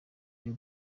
iyo